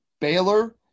Baylor